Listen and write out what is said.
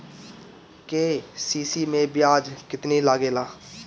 KCC मै ब्याज केतनि लागेला?